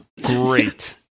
Great